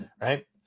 right